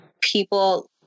people